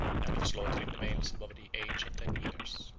and of slaughtering the males above the age of ten years.